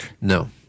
No